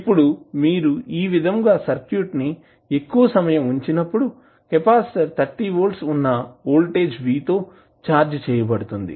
ఇప్పుడు మీరు ఈ విధంగా సర్క్యూట్ను ఎక్కువ సమయం ఉంచినప్పుడు కెపాసిటర్ 30 వోల్ట్ ఉన్న వోల్టేజ్ v తో ఛార్జ్ చేయబడుతుంది